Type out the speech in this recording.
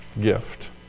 gift